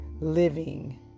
living